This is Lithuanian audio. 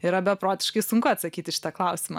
yra beprotiškai sunku atsakyt į šitą klausimą